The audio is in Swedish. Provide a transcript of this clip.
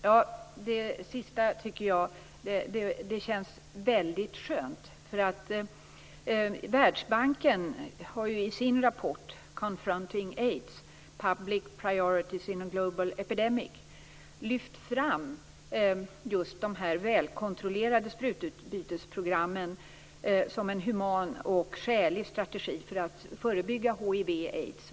Fru talman! Jag tycker att det sista känns väldigt skönt. Världsbanken har ju i sin rapport Confronting AIDS: public priorities in a global epidemic lyft fram just de välkontrollerade sprututbytesprogrammen som en human och skälig strategi för att förebygga hiv och aids.